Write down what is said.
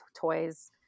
toys